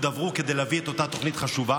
עברו כדי להביא את אותה תוכנית חשובה,